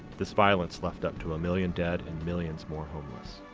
this violence left up to a million dead and millions more homeless.